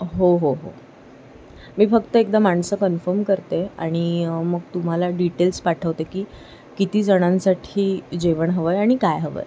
हो हो हो मी फक्त एकदा माणसं कन्म्फर्म करते आणि मग तुम्हाला डीटेल्स पाठवते की किती जणांसाठी जेवण हवं आहे आणि काय हवं आहे